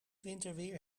winterweer